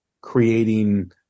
creating